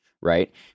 Right